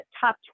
top